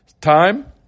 time